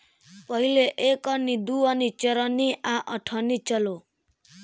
पहिले एक अन्नी, दू अन्नी, चरनी आ अठनी चलो